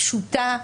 פשוטה,